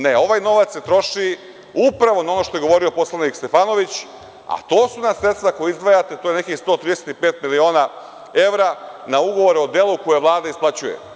Ne, ovaj novac se troši upravo na ono što je govorio poslanik Stefanović, a to su ona sredstva koja izdvajate, to je nekih 135 miliona evra na ugovor o delu koje Vlada isplaćuje.